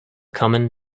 common